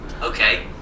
Okay